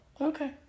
okay